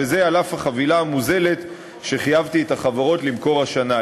וזה למרות החבילה המוזלת שחייבתי את החברות למכור השנה.